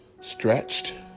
Stretched